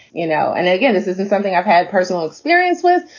you know, and again, this isn't something i've had personal experience with,